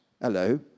hello